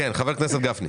חבר הכנסת גפני,